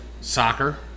Soccer